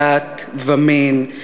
דת ומין,